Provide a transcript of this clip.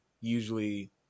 usually